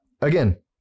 again